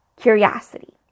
curiosity